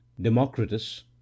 democritus